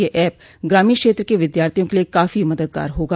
यह एप ग्रामीण क्षेत्र के विद्यार्थियों के लिए काफी मददगार होगा